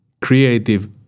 creative